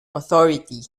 authority